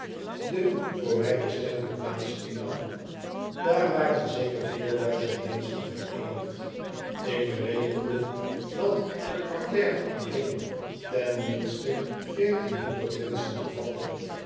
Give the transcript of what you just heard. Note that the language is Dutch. de voor mij bestemde plaats innam daar waren zeker vier duizend menschen vereenigd ik berekende dat t parterre alleen ten minste veertien honderd menschen bevatte